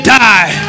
die